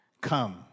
Come